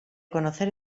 conocer